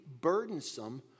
burdensome